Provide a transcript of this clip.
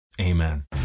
amen